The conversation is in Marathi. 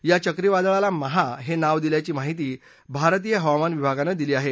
या चक्रीवादळाला महा हे नाव दिल्याची माहिती भारतीय हवामान विभागांना दिली आहे